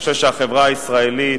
אני חושב שהחברה הישראלית,